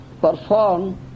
performed